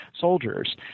soldiers